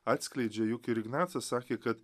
atskleidžia juk ir ignacas sakė kad